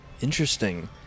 Interesting